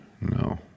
no